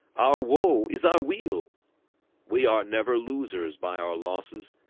our woe is our wheel we are never losers by our losses,